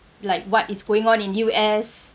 like what is going on in U_S